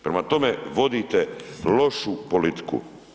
Prema tome, vodite lošu politiku.